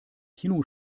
kino